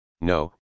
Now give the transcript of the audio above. No